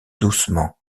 doucement